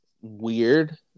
Weird